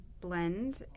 blend